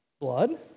blood